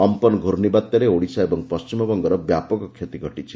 Amphan ଘର୍ଷିବାତ୍ୟାରେ ଓଡ଼ିଶା ଓ ପଣ୍ଟିମବଙ୍ଗର ବ୍ୟାପକ କ୍ଷତି ଘଟିଛି